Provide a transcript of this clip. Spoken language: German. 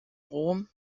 rom